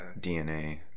DNA